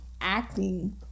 acting